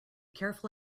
careful